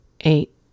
eight